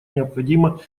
необходимо